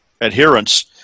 adherence